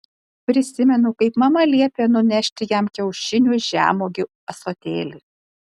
prisimenu kaip mama liepė nunešti jam kiaušinių žemuogių ąsotėlį